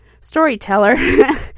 storyteller